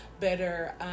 better